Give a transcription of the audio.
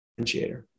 differentiator